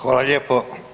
Hvala lijepo.